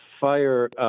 fire